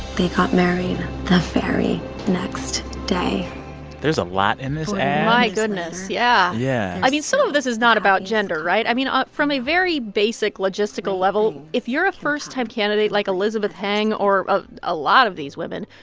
they got married the very next day there's a lot in this ad my goodness, yeah yeah i mean, some of this is not about gender, right? i mean, ah from a very basic logistical level, if you're a first-time candidate like elizabeth heng or a a lot of these women,